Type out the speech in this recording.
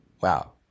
wow